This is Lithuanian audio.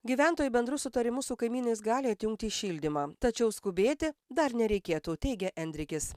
gyventojai bendru sutarimu su kaimynais gali atjungti šildymą tačiau skubėti dar nereikėtų teigia endrikis